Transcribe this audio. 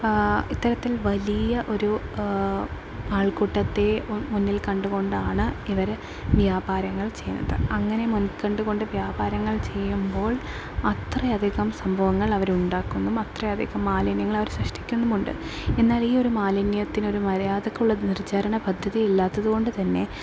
ഇത്തരത്തിൽ വലിയ ഒരു ആൾക്കൂട്ടത്തെ മുന്നിൽ കണ്ട് കൊണ്ടാണ് ഇവർ വ്യാപാരങ്ങൾ ചെയ്യുന്നത് അങ്ങനെ മുൻ കണ്ട് കൊണ്ട് വ്യാപാരങ്ങൾ ചെയ്യുമ്പോൾ അത്രയധികം സംഭവങ്ങൾ അവരുണ്ടാക്കുന്നു അത്രയധികം മാലിന്യങ്ങളവർ സൃഷ്ടിക്കുന്നുമുണ്ട് എന്നാലീ ഒരു മാലിന്യത്തിനൊരു മര്യാദക്കുള്ള നിർജരണ പദ്ധതി ഇല്ലാത്തതു കൊണ്ടു തന്നെ